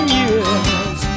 years